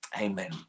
Amen